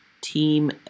team